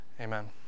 Amen